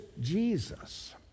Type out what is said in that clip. Jesus